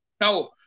Now